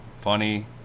Funny